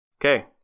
Okay